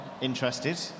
interested